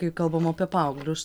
kai kalbam apie paauglius